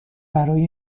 برای